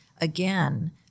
again